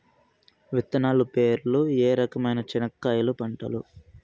విత్తనాలు పేర్లు ఏ రకమైన చెనక్కాయలు పంటలు?